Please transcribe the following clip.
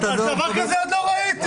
דבר כזה עוד לא ראיתי.